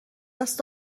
دست